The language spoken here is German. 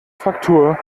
fraktur